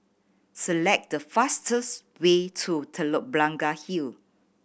select the fastest way to Telok Blangah Hill